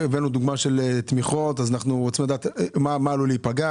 אנחנו רוצים לדעת מהמשרדים מה נפגע,